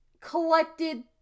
collected